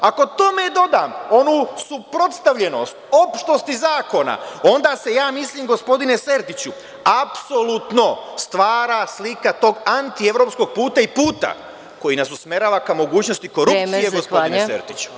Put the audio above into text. Ako tome dodam onu suprotstavljenost, opštost iz zakona, onda ja mislim, gospodine Sertiću, da se apsolutno stvara slika tog antievropskog puta i puta koji nas usmerava ka mogućnosti korupcije, gospodine Sertiću.